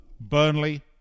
Burnley